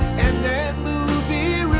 and that movie,